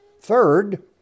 Third